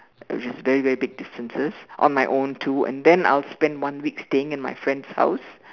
which very very big differences on my own too and then I will spend one week staying in my friend's house